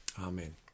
Amen